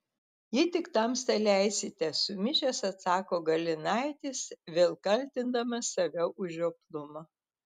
jei tik tamsta leisite sumišęs atsako galinaitis vėl kaltindamas save už žioplumą